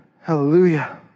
hallelujah